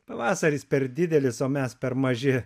pavasaris per didelis o mes per maži